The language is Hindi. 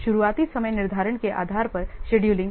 शुरुआती समय निर्धारण के आधार पर शेड्यूलिंग